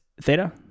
Theta